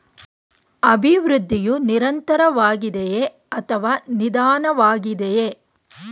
ಅಭಿವೃದ್ಧಿಯು ನಿರಂತರವಾಗಿದೆಯೇ ಅಥವಾ ನಿಧಾನವಾಗಿದೆಯೇ?